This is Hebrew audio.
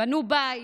בנו בית,